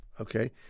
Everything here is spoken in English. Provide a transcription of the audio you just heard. Okay